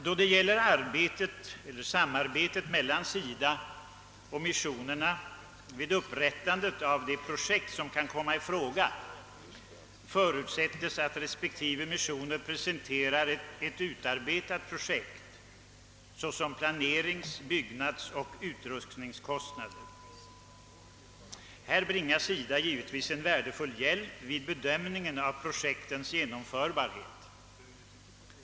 Då det gäller samarbetet mellan SIDA och missionerna vid upprättandet av de projekt som kan komma i fråga förutsättes att respektive missioner presenterar utarbetade förslag med utförliga planerings-, byggnadsoch utrustningskostnader. Där får SIDA mycket värdefull hjälp vid bedömningen av projektens genomförbarhet.